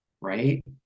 right